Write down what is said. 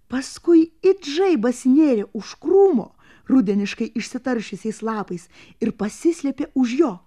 paskui it žaibas nėrė už krūmo rudeniškai išsitaršiusiais lapais ir pasislėpė už jo